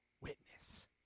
witness